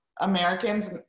Americans